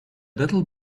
little